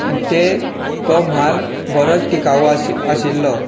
आनी तें तो म्हाल बरोच टिकावू आस आशिल्लो